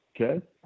Okay